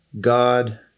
God